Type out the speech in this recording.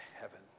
heaven